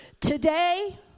Today